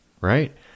right